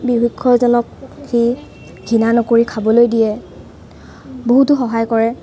বুভুক্ষজনক সি ঘিণা নকৰি খাবলৈ দিয়ে বহুতো সহায় কৰে